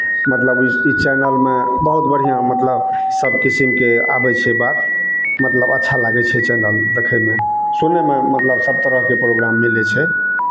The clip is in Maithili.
मतलब ई ई चैनलमे बहुत बढ़िआँ मतलब सभ किसिमके आबै छै बात मतलब अच्छा लागै छै चैनल देखयमे सुनयमे मतलब सभ तरहके प्रोग्राम मिलै छै